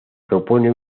propone